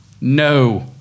No